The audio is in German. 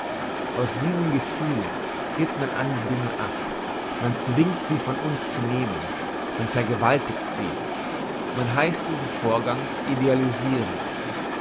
aus diesem gefühle giebt man an die dinge ab man zwingt sie von uns zu nehmen man vergewaltigt sie man heisst diesen vorgang idealisiren